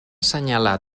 assenyalar